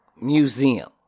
museum